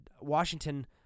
Washington